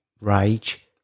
rage